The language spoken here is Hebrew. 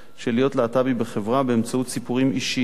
של להיות להט"בי בחברה באמצעות סיפורים אישיים,